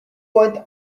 went